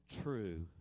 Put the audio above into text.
true